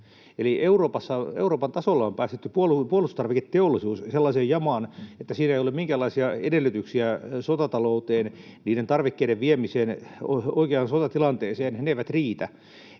Euroopan tasolla on päästetty puolustustarviketeollisuus sellaiseen jamaan, että siinä ei ole minkäänlaisia edellytyksiä sotatalouteen, niiden tarvikkeiden viemiseen oikeaan sotatilanteeseen. Ne eivät riitä.